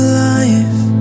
life